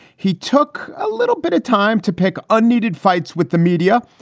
he took a little bit of time to pick unneeded fights with the media,